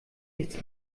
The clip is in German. nichts